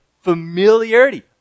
familiarity